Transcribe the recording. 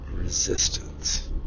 resistance